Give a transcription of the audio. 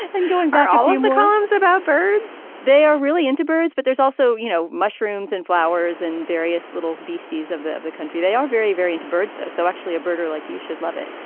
and going by all the columns about birds. they are really into birds but there's also you know mushrooms and flowers and various little beasties of the of the country. they are very very into birds though so actually a bird like you should love it.